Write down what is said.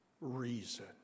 reason